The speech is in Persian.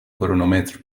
کرونومتر